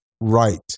right